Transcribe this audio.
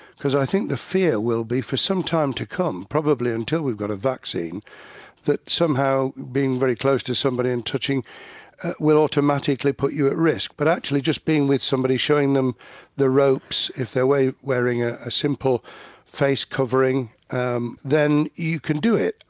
i think the fear will be for some time to come, probably until we've got a vaccine that somehow being very close to somebody and touching will automatically put you at risk. but actually, just being with somebody showing them the ropes if their wear. wearing ah a simple face covering um then you can do it.